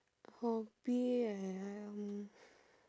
hobby